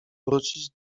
wrócić